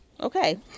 Okay